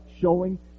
showing